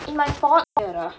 in my fourth year ah